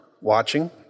watching